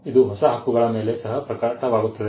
ಇದು ಹೊಸ ಹಕ್ಕುಗಳ ಮೇಲೆ ಸಹ ಪ್ರಕಟವಾಗುತ್ತದೆ